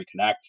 reconnect